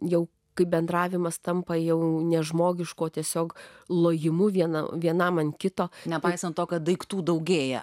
jau kaip bendravimas tampa jau nežmogiško tiesiog lojimu vienam vienam ant kito nepaisant to kad daiktų daugėja